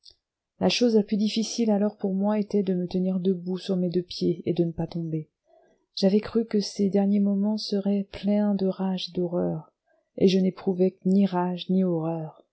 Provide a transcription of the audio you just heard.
la chose la plus difficile alors pour moi était de me tenir debout sur mes deux pieds et de ne pas tomber j'avais cru que ces derniers moments seraient pleins de rage et d'horreur et je n'éprouvais ni rage ni horreur